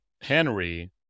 Henry